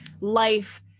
life